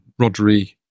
Rodri